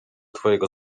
twojego